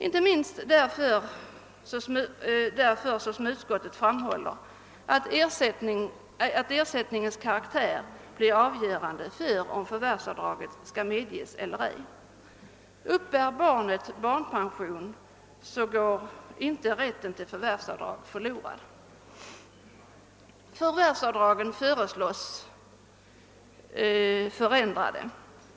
Detta gäller inte minst, såsom utskottet framhållit, därför att ersättningens karaktär blir avgörande för om förvärvsavdraget skall medges eller ej. Uppbär barnet barnpension, går inte rätten till förvärvsavdrag förlorad. Förvärvsavdragens utformning föreslås nu förändrad.